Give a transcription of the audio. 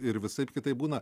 ir visaip kitaip būna